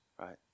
right